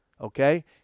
okay